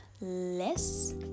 less